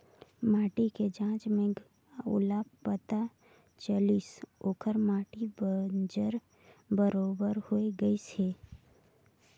माटी के जांच में ओला पता चलिस ओखर माटी बंजर बरोबर होए गईस हे